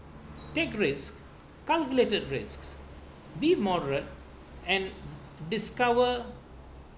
take risk calculated risk be moderate and discover